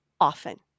often